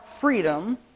freedom